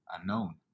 Unknown